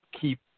keep